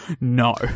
No